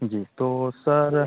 जी तो सर